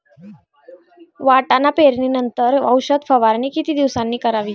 वाटाणा पेरणी नंतर औषध फवारणी किती दिवसांनी करावी?